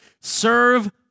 Serve